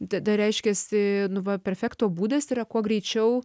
tada reiškiasi nu va perfekto būdas yra kuo greičiau